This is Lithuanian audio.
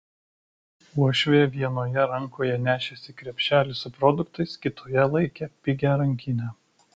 uošvė vienoje rankoje nešėsi krepšelį su produktais kitoje laikė pigią rankinę